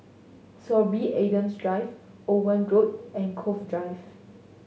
Sorby Adams Drive Owen Road and Cove Drive